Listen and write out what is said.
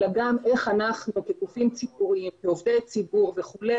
אלא גם איך אנחנו כגופים ציבוריים ועובדי ציבור וכו',